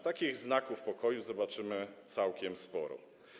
Takich znaków pokoju zobaczymy całkiem sporo.